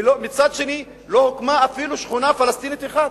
ובצד שני לא הוקמה אפילו שכונה פלסטינית אחת.